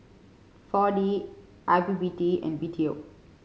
Four D I P P T and B T O